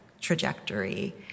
trajectory